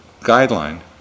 guideline